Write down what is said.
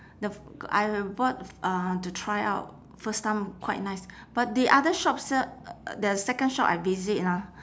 the f~ I bought uh to try out first time quite nice but the other shop sell the second shop I visit ah